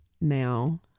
now